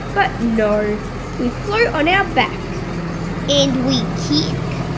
but no we float on our back and we kick?